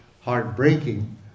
heartbreaking